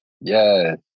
Yes